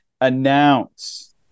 announce